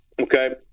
Okay